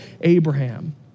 Abraham